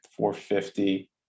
450